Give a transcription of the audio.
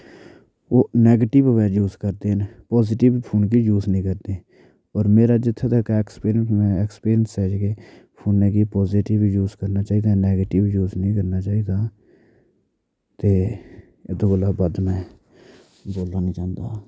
ओह् नैगेटिव बारै यूज करदे न पाजिटिव फोन गी यूज निं करदे और मेरा जित्थै तक्कर ऐक्सपीरियंस ऐक्सपीरियंस ऐ जेह्के फोनै गी पाजिटिव यूज करना चाहिदा नैगेटिव यूज निं करना चाहिदा ते एह्दे कोला बद्ध में बोलना निं चाह्ंदा